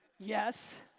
yes.